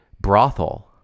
brothel